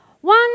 One